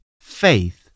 faith